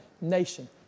nation